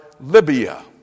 Libya